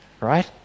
right